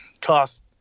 cost